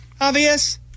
obvious